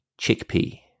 chickpea